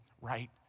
right